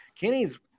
Kenny's